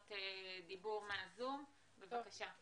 בבקשה.